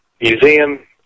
Museum